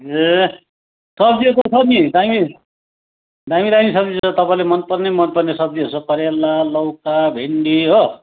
ए सब्जीहरू त छ नि दामी दामी दामी सब्जी छ तपाईँले मनपर्ने मनपर्ने सब्जीहरू छ करेला लौका भिन्डी हो